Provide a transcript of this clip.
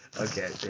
Okay